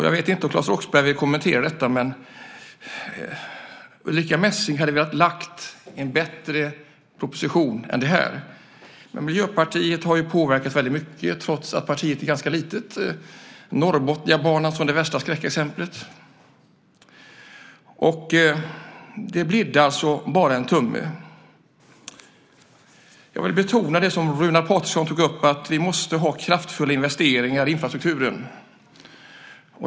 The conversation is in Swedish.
Jag vet inte om Claes Roxbergh vill kommentera detta, men hade Ulrica Messing velat lägga fram en bättre proposition än denna? Miljöpartiet har påverkat mycket trots att partiet är litet. Norrbotniabanan är det värsta skräckexemplet. Det "bidde" bara en tumme. Jag vill betona det Runar Patriksson tog upp, nämligen att det måste ske kraftfulla investeringar i infrastrukturen.